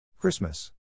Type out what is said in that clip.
Christmas